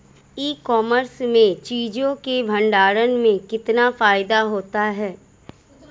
ई commerce में चीज़ों के भंडारण में कितना फायदा होता है?